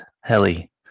heli